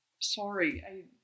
sorry